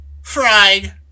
Fried